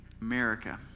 America